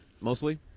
Mostly